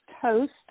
toast